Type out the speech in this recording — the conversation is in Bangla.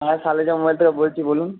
হ্যাঁ সালেজা মোবাইল থেকে বলছি বলুন